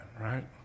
right